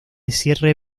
cierre